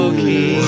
Okay